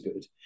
good